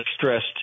stressed